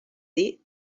dir